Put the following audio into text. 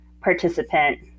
participant